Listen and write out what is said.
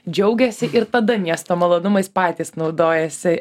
džiaugiasi ir tada miesto malonumais patys naudojasi